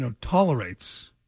tolerates